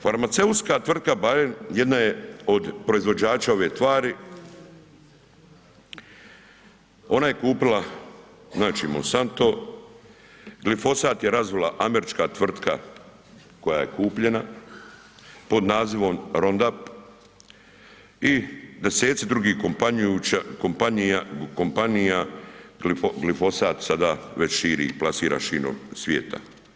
Farmaceutska tvrtka Bayer jedna je od proizvođača ove tvari, ona je kupila, znači Monsanto, glifosat je razvila američka tvrtka koja je kupljena pod nazivom „Roundup“ i deseci drugih kompanija glifosat sada već širi i plasira širom svijeta.